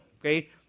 okay